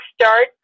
start